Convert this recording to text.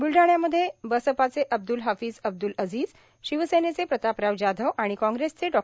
ब्लढाण्यामध्ये बसपाचे अब्द्रल हाफिज अब्द्रल अजिज शिवसेनेचे प्रतापराव जाधव आणि कांग्रेसचे डॉ